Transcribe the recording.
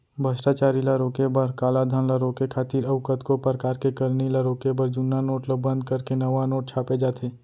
भस्टाचारी ल रोके बर, कालाधन ल रोके खातिर अउ कतको परकार के करनी ल रोके बर जुन्ना नोट ल बंद करके नवा नोट छापे जाथे